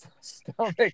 stomach